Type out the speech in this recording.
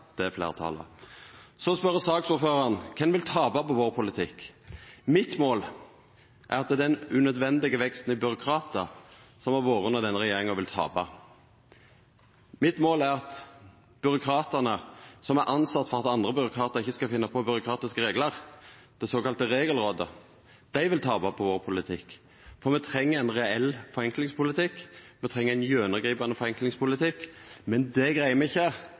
det fleirtalet. Så spør saksordføraren om kven som vil tapa på politikken vår. Mitt mål er at den unødvendige veksten i byråkratar som har vore under denne regjeringa, vil tapa. Mitt mål er at byråkratane som er tilsette for at andre byråkratar ikkje skal finna på byråkratiske reglar, det såkalla Regelrådet, vil tapa på politikken vår. For me treng ein reell forenklingspolitikk, me treng ein gjennomgripande forenklingspolitikk, men det greier me ikkje